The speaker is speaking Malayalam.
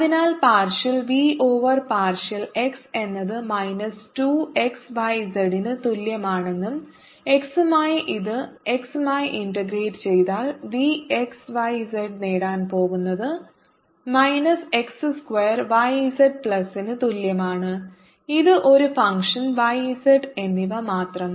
അതിനാൽ partial v over partial x എന്നത് മൈനസ് 2 xyz ന് തുല്യമാണെന്നും x മായി ഇത് x മായി ഇന്റഗ്രേറ്റ് ചെയ്താൽ v x y z നേടാൻ പോകുന്നത് minus x square y z പ്ലസിന് തുല്യമാണ് ഇത് ഒരു ഫംഗ്ഷൻ y z എന്നിവ മാത്രം